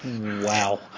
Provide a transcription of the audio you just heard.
Wow